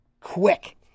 quick